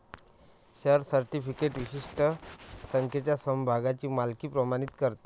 share certificate विशिष्ट संख्येच्या समभागांची मालकी प्रमाणित करते